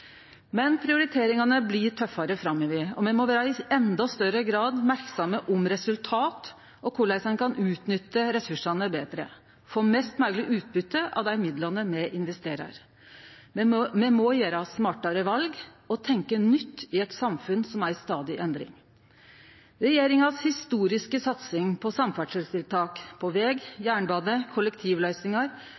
Men prioriteringane blir tøffare framover, og me må i endå større grad vere merksame på resultat og korleis ein kan utnytte ressursane betre, få mest mogleg utbyte av dei midlane me investerer. Me må gjere smartare val og tenkje nytt i eit samfunn som er i stadig endring. Regjeringa si historiske satsing på samferdselstiltak, på veg, jernbane, kollektivløysingar,